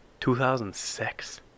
2006